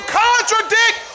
contradict